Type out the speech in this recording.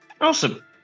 Awesome